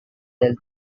del